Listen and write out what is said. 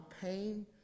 pain